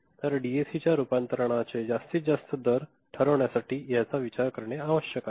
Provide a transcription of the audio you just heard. तर डीएसीच्या रूपांतरणाचे जास्तीत जास्त दर ठरवण्यासाठी याचा विचार करणे आवश्यक आहे